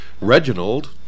Reginald